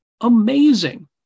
Amazing